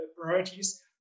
priorities